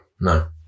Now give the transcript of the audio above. No